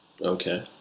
Okay